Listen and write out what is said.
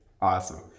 Awesome